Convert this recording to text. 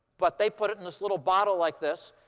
but they put it in this little bottle like this.